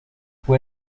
fue